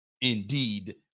indeed